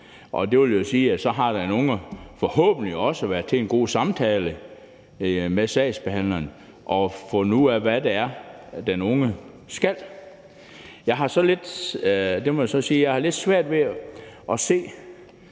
Det vil sige, at den unge så forhåbentlig også har været til en god samtale med sagsbehandleren, og fundet ud af, hvad det er, den unge skal. Jeg har så lidt svært ved – det